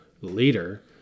leader